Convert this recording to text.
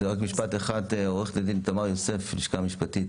משפט אחד, עו"ד תמר יוסף, לשכה משפטית,